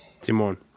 Timon